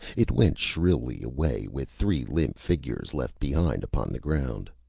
it went shrilly away with three limp figures left behind upon the ground.